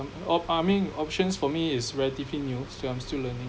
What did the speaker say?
op~ uh I mean options for me is relatively new still I'm still learning